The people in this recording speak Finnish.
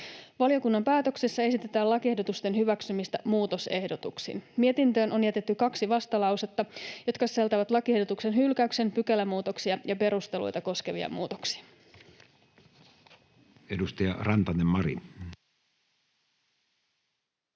Valiokunnan päätöksessä esitetään lakiehdotusten hyväksymistä muutosehdotuksin. Mietintöön on jätetty kaksi vastalausetta, jotka sisältävät lakiehdotuksen hylkäyksen, pykälämuutoksia ja perusteluita koskevia muutoksia.